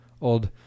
old